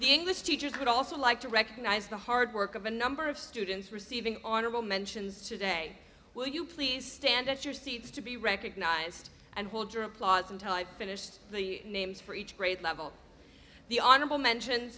the english teachers would also like to recognize the hard work of a number of students receiving honorable mentions today will you please stand at your seats to be recognized and hold your applause until i finished the names for each grade level the honorable mention